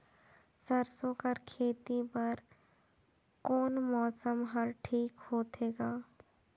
सरसो कर खेती बर कोन मौसम हर ठीक होथे ग?